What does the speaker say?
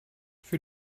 für